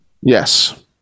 Yes